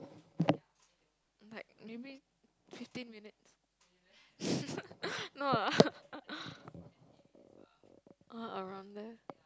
like maybe fifteen minutes no ah walk around there